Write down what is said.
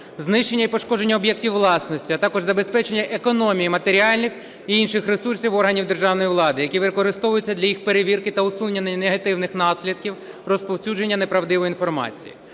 знищення і пошкодження об'єктів власності, а також забезпечення економії матеріальних і інших ресурсів органів державної влади, які використовуються для їх перевірки та усунення негативних наслідків розповсюдження неправдивої інформації.